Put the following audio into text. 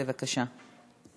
בבקשה.